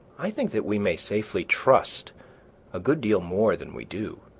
i think that we may safely trust a good deal more than we do.